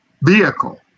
vehicle